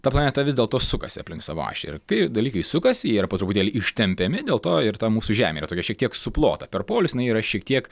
ta planeta vis dėlto sukasi aplink savo ašį ir kai dalykai sukasi jie yra po truputėlį ištempiami dėl to ir ta mūsų žemė yra tokia šiek tiek suplota per polius jinai yra šiek tiek